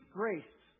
grace